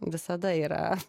visada yra